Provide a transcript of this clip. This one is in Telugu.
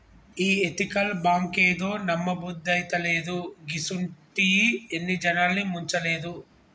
ఈ ఎతికల్ బాంకేందో, నమ్మబుద్దైతలేదు, గిసుంటియి ఎన్ని జనాల్ని ముంచలేదు